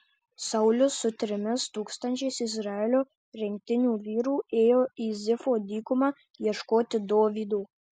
saulius su trimis tūkstančiais izraelio rinktinių vyrų ėjo į zifo dykumą ieškoti dovydo